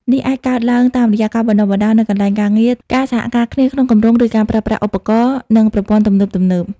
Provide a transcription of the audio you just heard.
នេះអាចកើតឡើងតាមរយៈ ការបណ្តុះបណ្តាលនៅកន្លែងការងារ ការសហការគ្នាក្នុងគម្រោង ឬការប្រើប្រាស់ឧបករណ៍ និងប្រព័ន្ធទំនើបៗ។